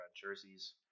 jerseys